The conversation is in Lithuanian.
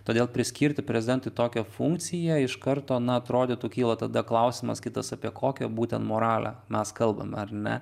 todėl priskirti prezidentui tokią funkciją iš karto na atrodytų kyla tada klausimas kitas apie kokią būtent moralę mes kalbame ar ne